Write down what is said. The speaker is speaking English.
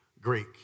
Greek